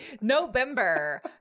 November